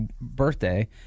birthday